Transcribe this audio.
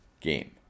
game